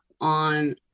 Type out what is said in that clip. on